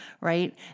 right